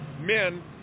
Men